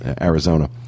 Arizona